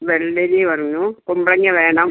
വെള്ളരി പറഞ്ഞു കുമ്പളങ്ങ വേണം